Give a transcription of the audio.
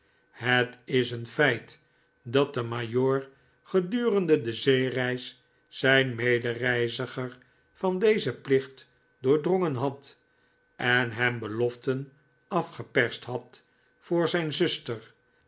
het is een feit dat de majoor gedurende de zeereis zijn medereiziger van dezen plicht doordrongen had en hem beloften afgeperst had voor zijn zuster